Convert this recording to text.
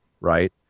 Right